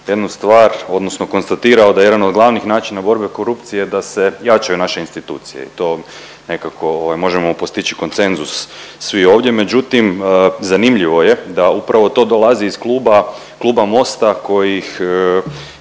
jednu stvar odnosno konstatirao da jedan od glavnih načina borbe protiv korupcije da se jačaju naše institucije i to nekako možemo postići konsenzus svi ovdje. Međutim, zanimljivo je da upravo to dolazi iz kluba, kluba Mosta koji